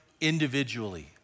individually